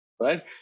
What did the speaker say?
right